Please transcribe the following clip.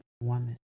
woman